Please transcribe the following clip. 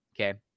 okay